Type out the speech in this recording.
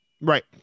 right